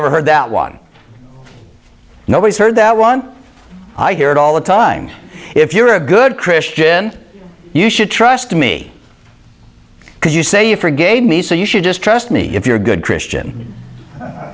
ever heard that one nobody's heard that one i hear it all the time if you're a good christian you should trust me because you say you forgave me so you should just trust me if you're a good christian